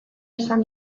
esan